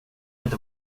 inte